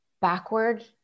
backward